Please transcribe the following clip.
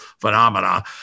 phenomena